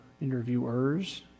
interviewers